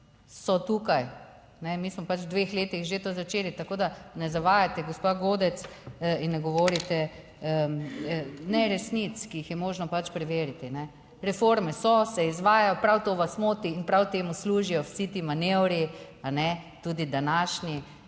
so tukaj. Mi smo pač v dveh letih že to začeli, tako da ne zavajate, gospa Godec, in ne govorite neresnic, ki jih je možno pač preveriti. Reforme so, se izvajajo prav to vas moti in prav temu služijo vsi ti manevri, tudi današnja